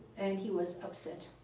and he was upset.